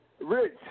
rich